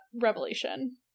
revelation